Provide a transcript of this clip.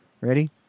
Ready